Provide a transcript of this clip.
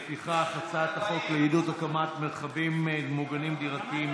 לפיכך הצעת החוק לעידוד הקמת מרחבים מוגנים דירתיים,